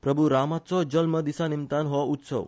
प्रभू रामाचो जल्म दीसा निमतान हो उत्सव